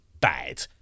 bad